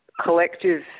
collective